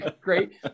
great